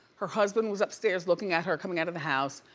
her husband was upstairs looking at her coming out of the house,